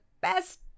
best